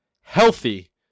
healthy